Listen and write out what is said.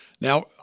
Now